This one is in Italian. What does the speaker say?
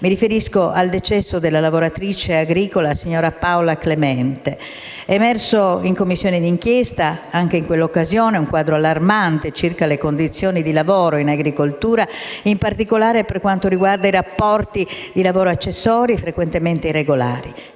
mi riferisco al decesso della lavoratrice agricola signora Paola Clemente. È emerso in Commissione di inchiesta, anche in quell'occasione, un quadro allarmante circa le condizioni di lavoro in agricoltura, in particolare per quanto riguarda i rapporti di lavoro accessori frequentemente irregolari: